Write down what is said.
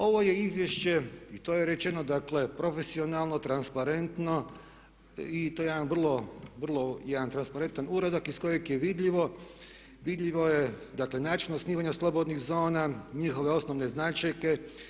Ovo je izvješće, i to je rečeno, dakle profesionalno, transparentno i to je jedan vrlo transparentan uradak iz kojeg je vidljivo dakle način osnivanja slobodnih zona, njihove osnovne značajke.